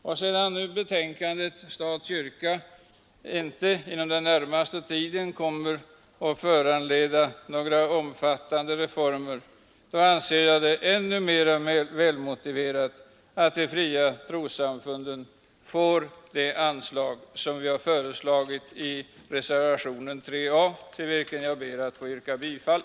När nu betänkandet från kyrka—stat-utredningen inom den närmaste tiden inte kommer föranleda några omfattande reformer anser jag det än mer välmotiverat att de fria trossamfunden får det anslag som vi föreslagit i reservationen 3 a, till vilken jag ber att få yrka bifall.